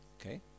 Okay